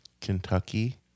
Kentucky